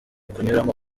kunyuramo